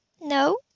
No